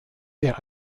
der